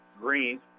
Green